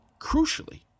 crucially